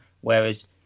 whereas